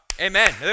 Amen